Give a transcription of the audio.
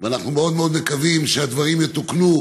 ואנחנו מאוד מאוד מקווים שהדברים יתוקנו,